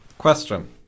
Question